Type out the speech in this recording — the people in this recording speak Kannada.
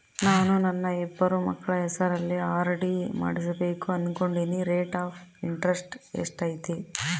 ನಾನು ನನ್ನ ಇಬ್ಬರು ಮಕ್ಕಳ ಹೆಸರಲ್ಲಿ ಆರ್.ಡಿ ಮಾಡಿಸಬೇಕು ಅನುಕೊಂಡಿನಿ ರೇಟ್ ಆಫ್ ಇಂಟರೆಸ್ಟ್ ಎಷ್ಟೈತಿ?